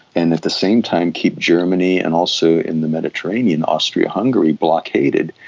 and at the same time keep germany and also, in the mediterranean, austria-hungary blockaded.